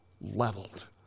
leveled